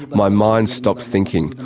my mind stopped thinking.